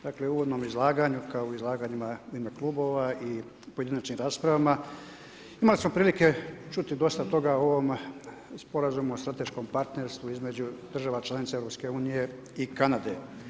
Dakle u uvodnom izlaganju kao i u izlaganjima u ime klubova i pojedinačnim raspravama imali smo prilike čuti dosta toga o ovom Sporazumu o strateškom partnerstvu između država članica EU i Kanade.